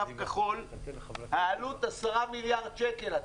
קו כחול העלות 10 מיליארד שקל.